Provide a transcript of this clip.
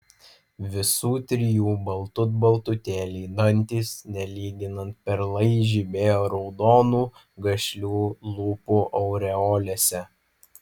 visų trijų baltut baltutėliai dantys nelyginant perlai žibėjo raudonų gašlių lūpų aureolėse